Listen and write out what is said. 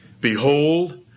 Behold